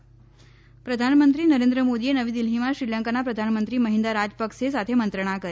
ત પ્રધાનમંત્રી નરેન્દ્ર મોદીએ નવી દિલ્હીમાં શ્રીલંકાના પ્રધાનમંત્રી મહિન્દા રાજપકસે સાથે મંત્રણા કરી